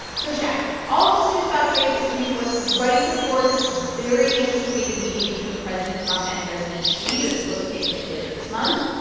so, chad, all of this news about trade is coming to us right before this very anticipated meeting between president trump and president xi that's supposed to take place later this month.